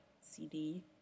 CD